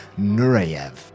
Nureyev